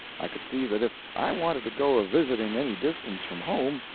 i could see that if i wanted to go a-visiting any distance from home,